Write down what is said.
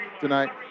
tonight